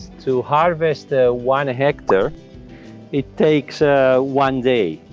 to harvest ah one hectare it takes ah one day.